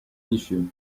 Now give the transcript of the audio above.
tissue